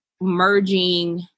merging